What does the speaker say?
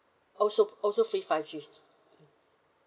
also also free five G